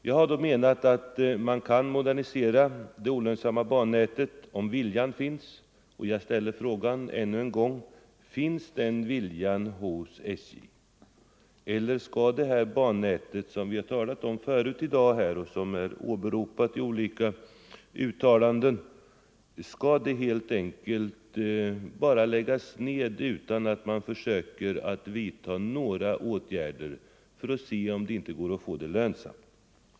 Jag har då menat att man kan modernisera det olönsamma bannätet om viljan finns, och jag ställer frågan ännu än en gång: Finns den viljan hos SJ, eller skall det här bannätet —- som berörts tidigare i dagens debatt och som sägs i olika uttalanden — helt enkelt läggas ner utan att man försöker vidta några åtgärder för att se om det inte går att göra det lönsamt?